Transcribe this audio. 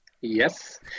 Yes